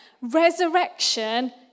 resurrection